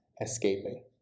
escaping